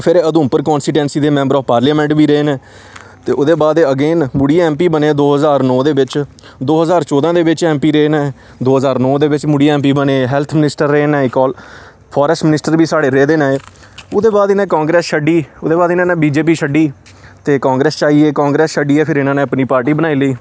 फिर उधमपुर कांस्टीचुैंसी दे member of parliament बी रेह् न ते ओह्दे बाद एह् अगेन मुड़ीियैएमपी बने न दो ज्हार नौ दे बिच्च दो ज्हार चौदां दे बिच एमपी रेह् न दो ज्हार नौ दे बिच मुड़ियै एमपी बने हैल्थ मिनिस्टर रेह् न एह् फाररेस्ट मिनिस्टर बी साढ़े रेह्दे न एह् ओह्दे बाद इ'नें कांग्रेस छड्डी ओह्दे बाद इ'नें ने बीजेपी छड्डी ते कांग्रेस च आई गे कांग्रेस छड्डियै फि इ'नें ने अपनी पार्टी बनाई लेई